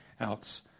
else